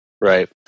Right